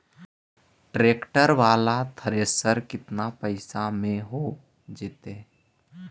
Tractor बाला thresher केतना पैसा में हो जैतै?